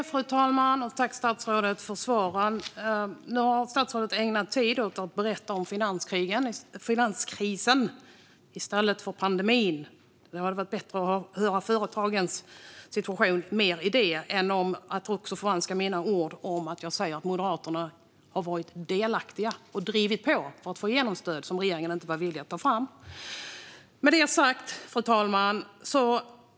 Fru talman! Tack, statsrådet, för svaren! Nu har statsrådet ägnat tid åt att berätta om finanskrisen i stället för pandemin. Det hade varit bättre att få höra om företagens situation än att han förvanskade mina ord om att Moderaterna har varit delaktiga och drivit på för att få igenom stöd som regeringen inte var villig att ta fram. Fru talman!